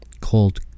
called